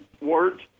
words